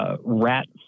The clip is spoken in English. Rat